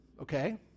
okay